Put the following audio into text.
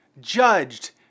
judged